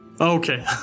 Okay